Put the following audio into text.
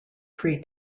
free